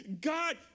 God